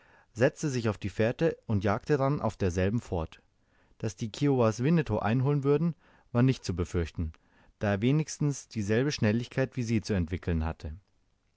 setzte sich auf die fährte und jagte dann auf derselben fort daß diese kiowas winnetou einholen würden war nicht zu befürchten da er wenigstens dieselbe schnelligkeit wie sie zu entwickeln hatte